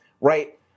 right